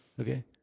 okay